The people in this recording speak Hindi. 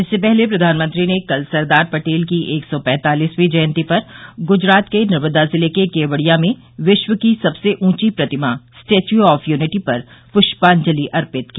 इससे पहले प्रधानमंत्री ने कल सरदार पर्टेल की एक सौ पैंतालिसवीं जयती पर गुजरात के नर्मदा जिले के केवडिया में विश्व की सबसे ऊंची प्रतिमा स्टेच्यू ऑफ यूनिटी पर पुष्पांजलि अर्पित की